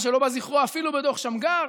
מה שלא בא זכרו אפילו בדוח שמגר,